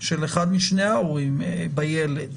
של אחד משני ההורים בילד.